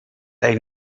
they